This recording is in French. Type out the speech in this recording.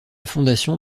fondation